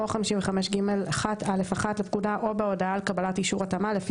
או 55ג1(א1) לפקודה או בהודעה על קבלת אישור התאמה לפי